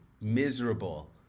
miserable